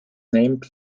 named